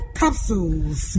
capsules